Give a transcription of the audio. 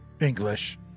English